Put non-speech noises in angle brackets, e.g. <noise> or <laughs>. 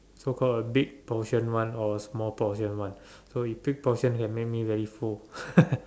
so called a big portion one or a small portion one so if big portion can make me very full <laughs>